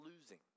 losing